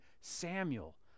Samuel